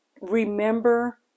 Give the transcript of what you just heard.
remember